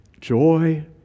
joy